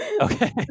Okay